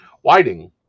Whiting